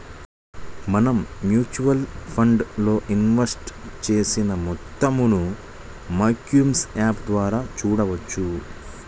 మనం mutual funds లో invest చేసిన మొత్తాలను మైక్యామ్స్ యాప్ ద్వారా చూడవచ్చు